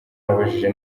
nabajije